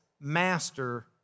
Master